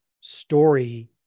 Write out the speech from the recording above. story